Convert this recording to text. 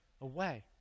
away